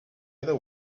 other